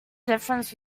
difference